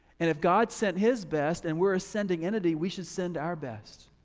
and if god sent his best and we're a sending entity, we should send our best.